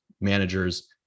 managers